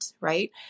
Right